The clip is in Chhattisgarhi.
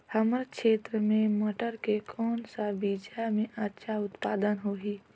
हमर क्षेत्र मे मटर के कौन सा बीजा मे अच्छा उत्पादन होही?